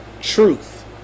truth